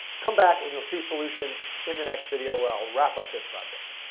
come back. and you'll see solutions in the next video where i'll wrap up this project.